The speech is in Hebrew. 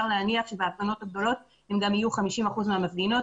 להניח שבהפגנות הגדולות הן גם יהיו 50 אחוזים מהמפגינים.